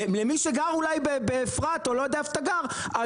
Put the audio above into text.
למי שגר אולי באפרת או לא יודע איפה אתה גר,